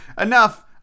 enough